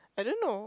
I don't know